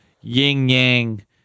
yin-yang